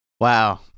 Wow